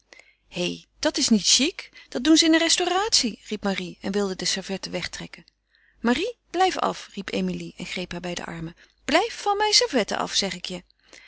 hé dat is niet chic dat doen ze in een restauratie riep marie en wilde de servetten wegtrekken marie blijf af riep emilie en greep haar bij de armen blijf van mijn servetten af zeg ik je